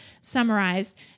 summarized